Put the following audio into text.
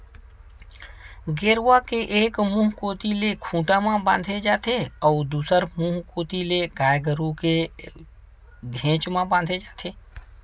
गेरवा के एक मुहूँ कोती ले खूंटा म बांधे जाथे अउ दूसर मुहूँ कोती ले गाय गरु के घेंच म बांधे जाथे